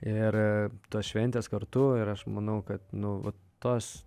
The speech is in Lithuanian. ir tos šventės kartu ir aš manau kad nu vat tos